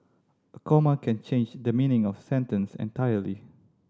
a comma can change the meaning of sentence entirely